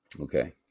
Okay